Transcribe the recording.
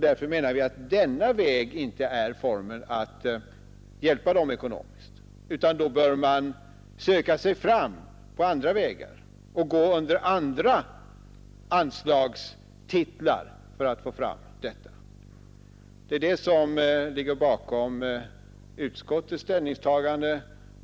Därför menar vi att denna väg Onsdagen den inte är den riktiga formen att hjälpa dem ekonomiskt, utan man bör då 5 april 1972 söka sig fram på andra vägar och under andra anslagstitlar. Det är detta ——— som ligger bakom utskottets ställningstagande.